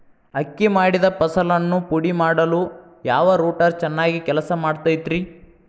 ಅಕ್ಕಿ ಮಾಡಿದ ಫಸಲನ್ನು ಪುಡಿಮಾಡಲು ಯಾವ ರೂಟರ್ ಚೆನ್ನಾಗಿ ಕೆಲಸ ಮಾಡತೈತ್ರಿ?